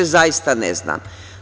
Zaista ne znam.